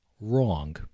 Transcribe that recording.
wrong